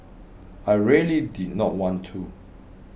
I really did not want to